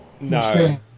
No